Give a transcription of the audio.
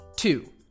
Two